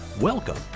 Welcome